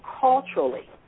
Culturally